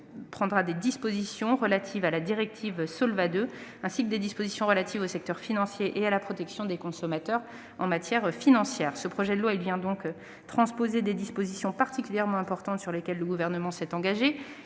prévoit des dispositions relatives à la directive Solvabilité II, ainsi que des dispositions relatives au secteur financier et à la protection des consommateurs en matière financière. Ce projet de loi prévoit donc la transposition de dispositions particulièrement importantes sur lesquelles le Gouvernement s'est engagé.